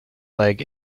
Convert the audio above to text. leg